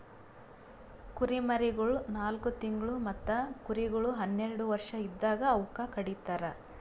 ಕುರಿಮರಿಗೊಳ್ ನಾಲ್ಕು ತಿಂಗುಳ್ ಮತ್ತ ಕುರಿಗೊಳ್ ಹನ್ನೆರಡು ವರ್ಷ ಇದ್ದಾಗ್ ಅವೂಕ ಕಡಿತರ್